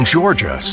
Georgia